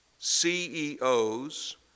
CEOs